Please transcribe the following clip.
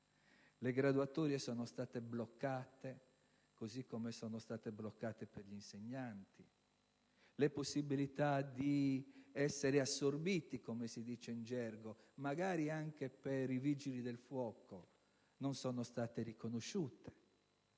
Le graduatorie sono state bloccate, così come sono state bloccate per gli insegnanti le possibilità di essere assorbiti, come si dice in gergo; magari anche per i Vigili del fuoco non sono state riconosciute.